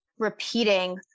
repeating